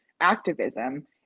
activism